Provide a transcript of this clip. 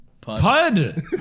Pud